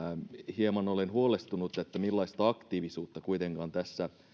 hieman olen huolestunut millaista aktiivisuutta tässä